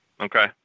Okay